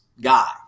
guy